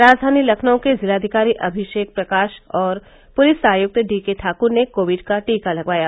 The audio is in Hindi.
राजधानी लखनऊ के जिलाधिकारी अभिषेक प्रकाश और पुलिस आयुक्त डीके ठाकुर ने कोविड का टीका लगवाया